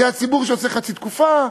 זה הציבור שעושה חצי תקופה,